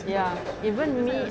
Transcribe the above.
ya even me